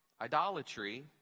idolatry